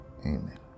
Amen